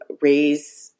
raise